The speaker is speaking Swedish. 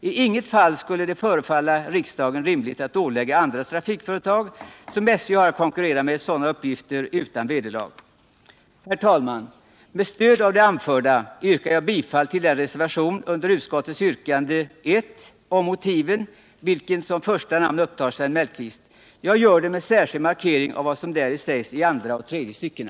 I inget fall skulle det förefalla riksdagen rimligt att ålägga andra trafikföretag som SJ har att konkurrera med sådana uppgifter utan vederlag. Herr talman! Med stöd av det anförda yrkar jag bifall till reservationen beträffande motiveringen för utskottets yrkande under I med Sven Mellqvist som första namn. Jag gör det med särskild markering av vad som däri sägs i andra och tredje styckena.